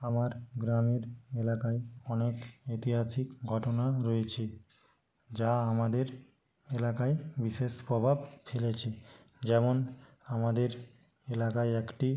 আমার গ্রামের এলাকায় অনেক ঐতিহাসিক ঘটনা রয়েছে যা আমাদের এলাকায় বিশেষ প্রভাব ফেলেছে যেমন আমাদের এলাকায় একটি